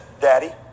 daddy